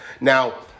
now